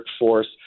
workforce